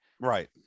Right